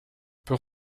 pour